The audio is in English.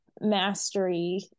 mastery